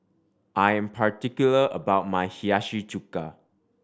I am particular about my Hiyashi Chuka